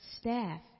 staff